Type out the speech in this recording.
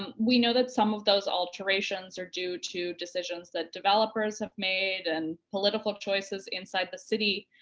and we know that some of those alterations are due to decisions that developers have made, and political choices inside the city,